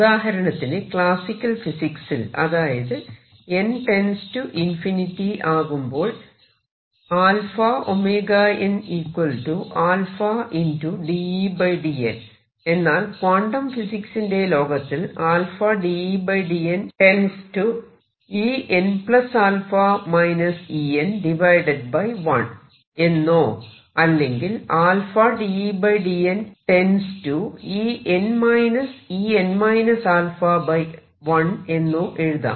ഉദാഹരണത്തിന് ക്ലാസിക്കൽഫിസിക്സിൽ അതായത് n→ ∞ ആകുമ്പോൾ എന്നാൽ ക്വാണ്ടം ഫിസിക്സിന്റെ ലോകത്തിൽ എന്നോ അല്ലെങ്കിൽ എന്നോ എഴുതാം